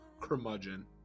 curmudgeon